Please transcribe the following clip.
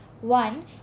One